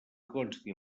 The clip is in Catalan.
consti